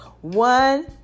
One